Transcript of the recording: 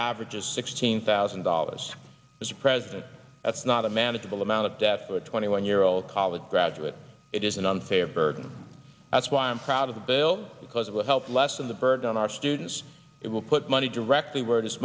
averages sixteen thousand dollars as a president that's not a manageable amount of debt for twenty one year old college graduate it is an unfair burden that's why i am proud of the bill because it will help lessen the burden on our students it will put money directly where it is